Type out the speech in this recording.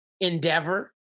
Endeavor